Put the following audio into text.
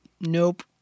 Nope